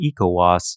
ECOWAS